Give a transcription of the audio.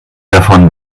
davon